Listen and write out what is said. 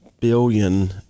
billion